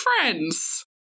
friends